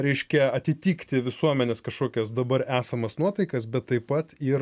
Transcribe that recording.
reiškia atitikti visuomenės kažkokias dabar esamas nuotaikas bet taip pat ir